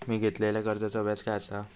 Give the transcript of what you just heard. मी घेतलाल्या कर्जाचा व्याज काय आसा?